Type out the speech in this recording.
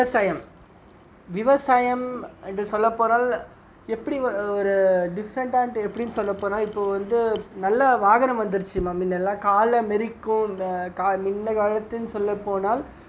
விவசாயம் விவசாயம் என்று சொல்ல போனால் எப்படி ஒரு டிஃப்ரெண்ட்டான்ட்டு எப்படி சொல்ல போனால் இப்போது வந்து நல்ல வாகனம் வந்துடுச்சு முன்னலாம் காலில் மிதிக்கும் முன்ன காலத்தில் சொல்ல போனால்